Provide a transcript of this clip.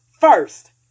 first